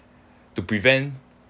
to prevent